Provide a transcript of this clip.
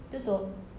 tutup